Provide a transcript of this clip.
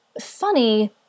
funny